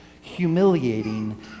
humiliating